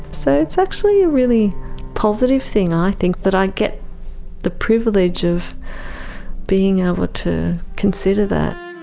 so it's actually a really positive thing, i think, that i get the privilege of being able to consider that.